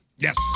Yes